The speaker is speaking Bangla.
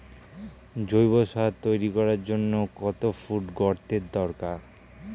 জৈব সার তৈরি করার জন্য কত ফুট গর্তের দরকার?